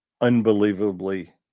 unbelievably